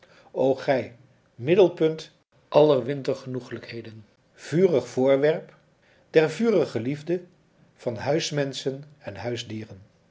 o gij middelpunt aller wintergenoeglijkheden vurig voorwerp der vurige liefde van huismenschen en huisdieren